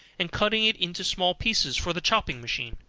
and cutting it into small pieces for the chopping machine,